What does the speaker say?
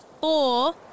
four